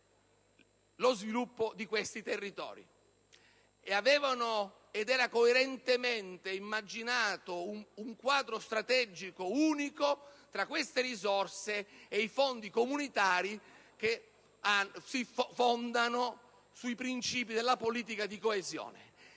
lo sviluppo di quei territori. Era stato coerentemente immaginato un quadro strategico unico tra queste risorse e i fondi comunitari; risorse che si basano sui princìpi della politica di coesione